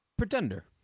Pretender